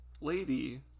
lady